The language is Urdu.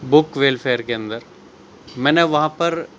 بُک ویلفیئر کے اندر میں نے وہاں پر